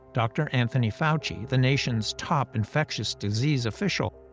dr. anthony fauci, the nation's top infectious disease official,